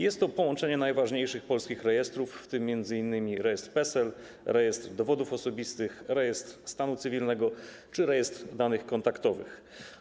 Jest to połączenie najważniejszych polskich rejestrów, w tym m.in. rejestru PESEL, Rejestru Dowodów Osobistych, Rejestru Stanu Cywilnego czy Rejestru Danych Kontaktowych.